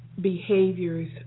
behaviors